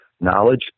knowledge